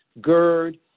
GERD